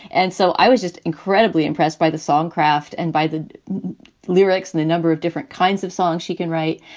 and so i was just incredibly impressed by the songcraft and by the lyrics and a number of different kinds of songs she can write,